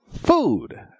food